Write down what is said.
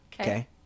okay